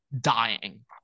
dying